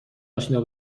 اشنا